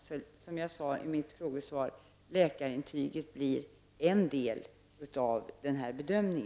Läkarintyget blir, vilket jag också sade i mitt svar, en del i denna bedömning.